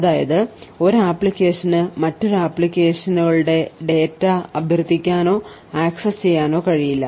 അതായത് ഒരു അപ്ലിക്കേഷന് മറ്റൊരു അപ്ലിക്കേഷനുകളുടെ ഡാറ്റ അഭ്യർത്ഥിക്കാനോ ആക്സസ് ചെയ്യാനോ കഴിയില്ല